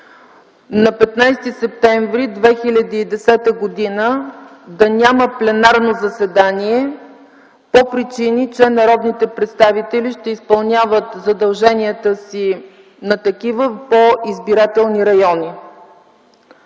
на 15 септември 2010 г. да няма пленарно заседание по причини, че народните представители ще изпълняват задълженията си на такива по избирателни райони.